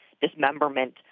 dismemberment